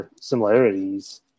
similarities